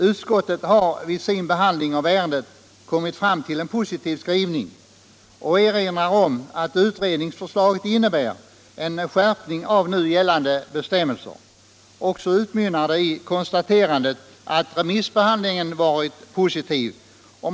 Utskottet har vid sin behandling av ärendet kommit fram till en positiv skrivning och erinrar om att utredningsförslaget innebär en skärpning av nu gällande bestämmelser. Utskottets skrivning utmynnar i konstaterandet att remissbehandlingen varit positiv.